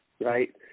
right